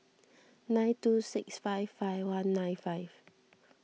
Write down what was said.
nine two six five five one nine five